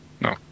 no